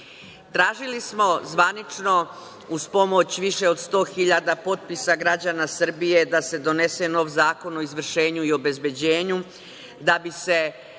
biti. Tražili smo zvanično uz pomoć više od sto hiljada potpisa građana Srbije da se donese nov zakon o izvršenju i obezbeđenju da bi se